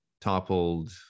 toppled